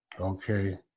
Okay